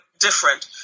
different